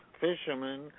fishermen